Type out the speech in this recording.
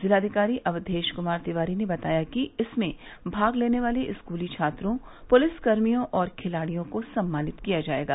जिलाधिकारी अव्वेश कुमार तिवारी ने बताया कि इसमें भाग लेने वाले स्कूली छात्रों पुलिसकर्मियों और खिलाड़ियों को सम्मानित किया जाएगा